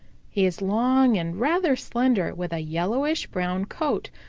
he is long and rather slender, with a yellowish-brown coat,